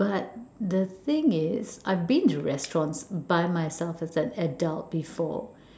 but the thing is I've been the restaurants by myself as an adult before